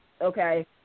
Okay